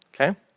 Okay